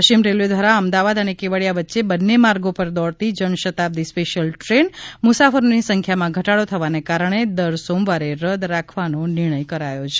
પશ્ચિમ રેલ્વે દ્વારા અમદાવાદ અને કેવડિયા વચ્ચે બંને માર્ગો પર દોડતી જનશતાબ્દી સ્પેશ્યલ ટ્રેન મુસાફરોની સંખ્યામાં ઘટાડો થવાને કારણે દર સોમવારે રદ રાખવાનો નિર્ણય કરાયો છે